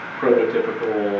prototypical